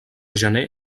gener